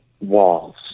walls